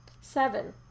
seven